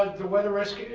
like the weather risk